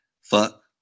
Fuck